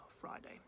Friday